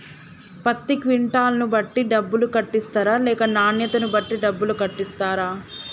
పత్తి క్వింటాల్ ను బట్టి డబ్బులు కట్టిస్తరా లేక నాణ్యతను బట్టి డబ్బులు కట్టిస్తారా?